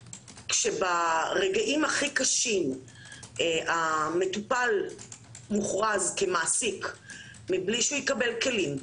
כשברגעים הכי קשים המטופל מוכרז כמעסיק מבלי שהוא יקבל כלים,